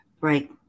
right